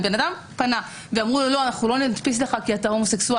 אם אדם פנה ואמרו לו: לא מדפיס לך כי אתה הומוסקסואל,